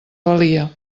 valia